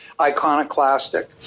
iconoclastic